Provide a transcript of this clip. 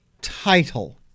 title